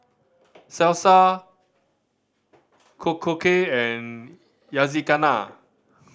Salsa Korokke and Yakizakana